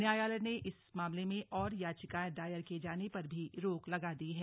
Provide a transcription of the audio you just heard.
न्यायालय ने इस मामले में और याचिकाएं दायर किये जाने पर भी रोक लगा दी है